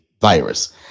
virus